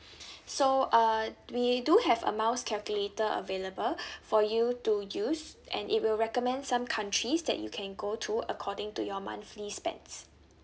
so uh we do have a miles calculator available for you to use and it will recommend some countries that you can go to according to your monthly spends